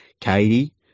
Katie